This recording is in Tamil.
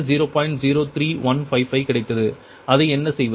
03155 கிடைத்தது அதை என்ன செய்வது